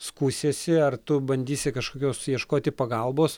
skųsiesi ar tu bandysi kažkokios ieškoti pagalbos